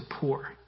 poor